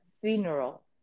funeral